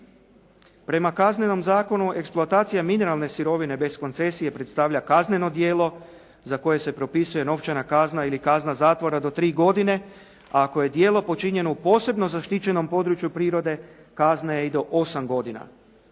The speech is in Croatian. Prema Kaznenom zakonu eksploatacija mineralne sirovine bez koncesije predstavlja kazneno djelo za koje se propisuje novčana kazna ili kazna zatvora do tri godine a ako je djelo počinjeno u posebno zaštićenom području prirode kazna je i do osam godina.